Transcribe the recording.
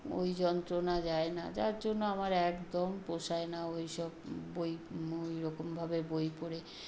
ওই যন্ত্রণা যায় না যার জন্য আমার একদম পোষায় না ওই সব বই ওই রকমভাবে বই পড়ে